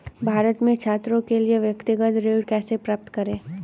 भारत में छात्रों के लिए व्यक्तिगत ऋण कैसे प्राप्त करें?